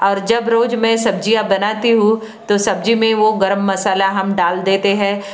और जब रोज मे सब्जियां बनती हूँ तो सब्जी में वो गरम मसाला हम डाल देते हैं